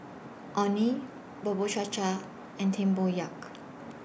Orh Nee Bubur Cha Cha and Tempoyak